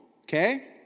Okay